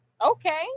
Okay